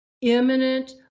imminent